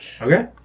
Okay